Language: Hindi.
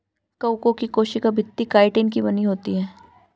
कवकों की कोशिका भित्ति काइटिन की बनी होती है